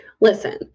Listen